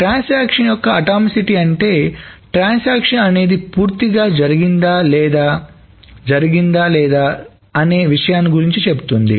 transaction యొక్క atomicity అంటే transaction అనేది పూర్తిగా జరిగిందా లేదా జరగలేదా అనే విషయాన్ని గురించి చెబుతుంది